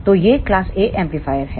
तो यह class A amplifier है